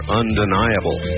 undeniable